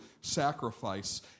sacrifice